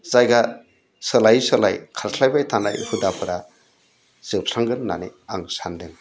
जायगा सोलाय सोलाय खारस्लायबाय थानाय हुदाफोरा जोबस्रांगोन होननानै आं सान्दों